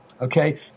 Okay